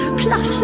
plus